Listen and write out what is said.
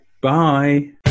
Bye